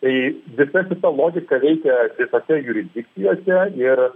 tai visa šita logika veikia visose jurisdikcijose ir